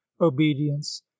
obedience